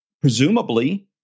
presumably